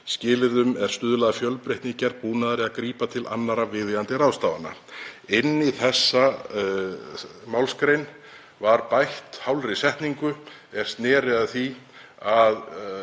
skilyrðum er stuðla að fjölbreytni í gerð búnaðar eða grípa til annarra viðeigandi ráðstafana.“ Inn í þessa málsgrein var bætt hálfri setningu er sneri að því að